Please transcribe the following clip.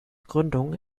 gründung